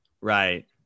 right